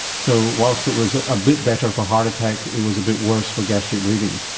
so whilst it was a bit better for heart attack it was a bit worse for gastric bleeding?